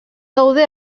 gaude